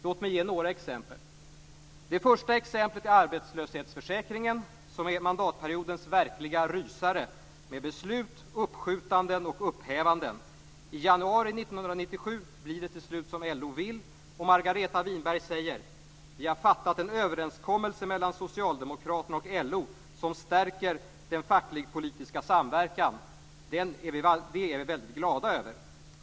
Låt mig ge några exempel: Det första exemplet är arbetslöshetsförsäkringen, som är mandatperiodens verkliga rysare med beslut, uppskjutanden och upphävanden. I januari 1997 blir det till slut som LO vill och Margareta Winberg säger: "Vi har fattat en överenskommelse mellan socialdemokraterna och LO som stärker den fackligpolitiska samverkan. Det är vi väldigt glada över."